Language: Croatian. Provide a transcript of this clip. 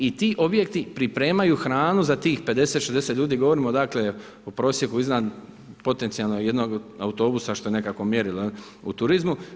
I ti objekti pripremaju hranu za tih 50, 60 ljudi, govorimo dakle o prosjeku iznad, potencijalnog jednog autobusa što je nekako mjerilo u turizmu.